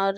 और